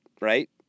right